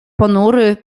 ponury